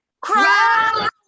cry